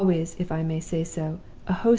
always, if i may say so,